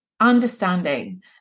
understanding